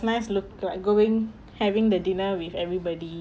nice look like going having the dinner with everybody